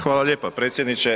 Hvala lijepa predsjedniče.